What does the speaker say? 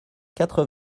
quatre